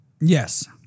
Yes